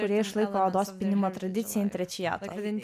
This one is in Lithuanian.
kurie išlaiko odos pynimo tradiciją intračiato